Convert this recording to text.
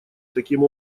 таким